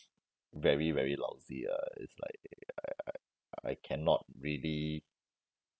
very very lousy ah it's like I cannot really